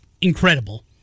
incredible